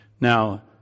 Now